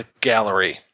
Gallery